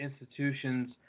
institutions